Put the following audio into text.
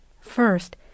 First